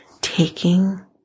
taking